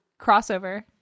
crossover